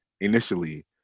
initially